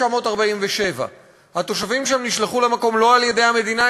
1947. התושבים שם נשלחו למקום לא על-ידי המדינה,